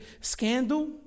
scandal